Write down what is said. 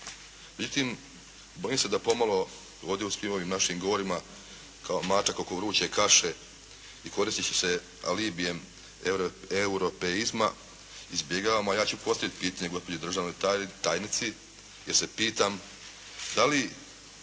Međutim, bojim se da pomalo ovdje u svim ovim našim govorima kao mačak oko vruće kaše i koristit ću se alibijem europeizma, izbjegavam a ja ću postaviti pitanje gospođi državnoj tajnici, jer se pitam da li